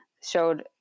showed